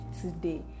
today